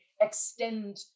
extend